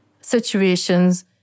situations